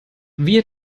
wir